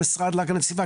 המשרד להגנת הסביבה,